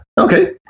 Okay